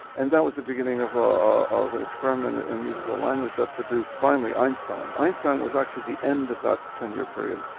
and that was the beginning of of an experiment in musical language that produced finally einstein. einstein was actually the end of that ten year period.